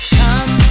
come